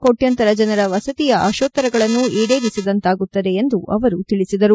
ಕೋಟ್ಯಂತರ ಜನರ ವಸತಿಯ ಆಶೋತ್ತರಗಳನ್ನು ಈಡೇರಿಸಿದಂತಾಗುತ್ತದೆ ಎಂದು ಅವರು ತಿಳಿಸಿದರು